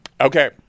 okay